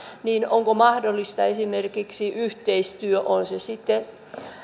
niin onko mahdollista esimerkiksi yhteistyö on se sitten